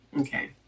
Okay